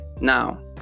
Now